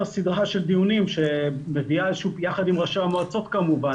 סדרה של דיונים יחד עם ראשי המועצות כמובן.